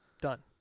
Done